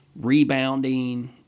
rebounding